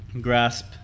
grasp